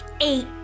eight